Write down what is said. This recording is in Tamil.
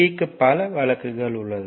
P க்கு பல வழக்குகள் உள்ளது